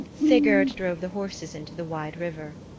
sigurd drove the horses into the wide river.